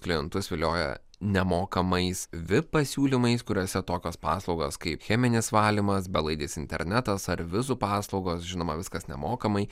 klientus vilioja nemokamais vip pasiūlymais kuriuose tokios paslaugos kaip cheminis valymas belaidis internetas ar vizų paslaugos žinoma viskas nemokamai